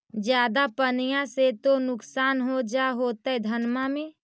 ज्यादा पनिया से तो नुक्सान हो जा होतो धनमा में?